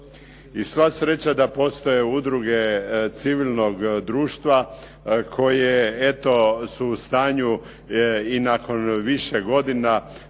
I sva sreća da postoje udruge civilnog društva koje eto su u stanju i nakon više godina